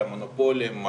על המונופולים,